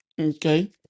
Okay